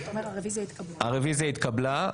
הרביזיה התקבלה.